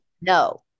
No